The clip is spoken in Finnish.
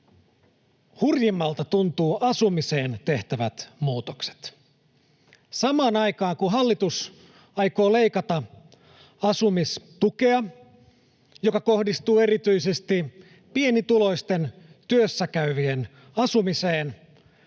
hurjimmilta tuntuvat asumiseen tehtävät muutokset. Samaan aikaan, kun hallitus aikoo leikata asumistukea, joka kohdistuu erityisesti pienituloisten työssäkäyvien asumiseen,